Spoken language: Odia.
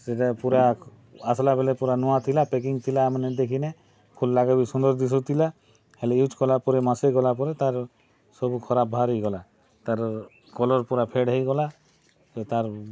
ସେଟା ପୁରା ଆସିଲାବେଲେ ପୁରା ନୂଆ ଥିଲା ପେକିଂ ଥିଲା ମାନେ ଦେଖିନେ ଖୋଲିଲାକେ ବି ସୁନ୍ଦର୍ ଦିଶୁଥିଲା ହେଲେ ୟୁଜ୍ କଲା ପରେ ମାସେ ଗଲା ପରେ ତାର୍ ସବୁ ଖରାପ୍ ବାହାରିଗଲା ତାର୍ କଲର୍ ପୁରା ଫେଡ୍ ହେଇଗଲା ତାର୍